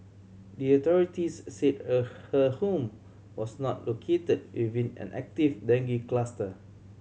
the authorities said a her home was not located within an active dengue cluster